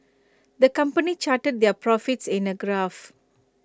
the company charted their profits in A graph